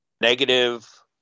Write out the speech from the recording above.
negative